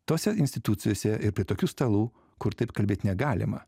tose institucijose ir prie tokių stalų kur taip kalbėt negalima